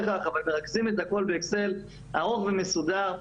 בקובץ אקסל ארוך ומסודר,